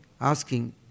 asking